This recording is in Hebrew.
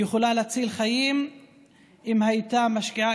היא הייתה יכולה להציל חיים אם הייתה משקיעה